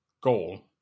goal